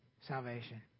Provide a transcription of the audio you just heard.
salvation